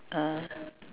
uh